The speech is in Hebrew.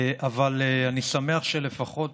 אבל אני שמח שלפחות,